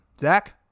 Zach